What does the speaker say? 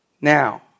Now